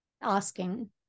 asking